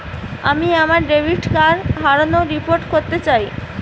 আমি আমার debit card হারানোর রিপোর্ট করতে চাই